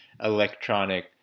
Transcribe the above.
electronic